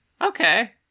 Okay